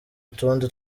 utundi